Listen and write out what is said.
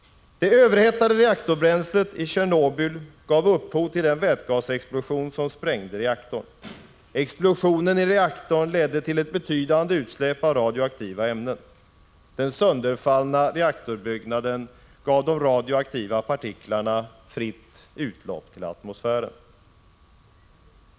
Det överhettade reaktorbränslet i Tjernobyl gav upphov till den vätgasexplosion som sprängde reaktorn. Explosionen i reaktorn ledde till ett betydande utsläpp av radioaktiva ämnen. Den sönderfallna reaktorbyggnaden gav de radioaktiva partiklarna fritt utlopp till atmosfären.